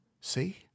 See